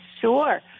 Sure